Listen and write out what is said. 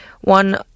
one